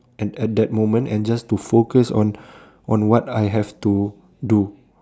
and at that moment and just to focus on on what I have to do